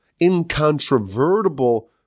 incontrovertible